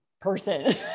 person